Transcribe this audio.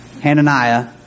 Hananiah